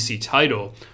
title